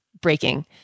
breaking